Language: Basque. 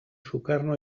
sukarno